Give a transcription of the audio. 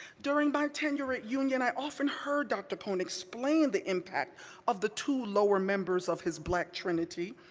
during my tenure at union, i often heard dr. cone explain the impact of the two lower members of his black trinity,